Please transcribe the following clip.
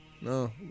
No